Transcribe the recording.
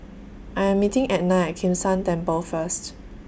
I Am meeting Etna At Kim San Temple First